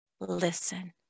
listen